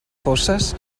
fosses